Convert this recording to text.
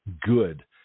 good